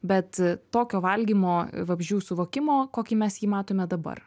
bet tokio valgymo vabzdžių suvokimo kokį mes jį matome dabar